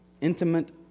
intimate